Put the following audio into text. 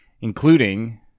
including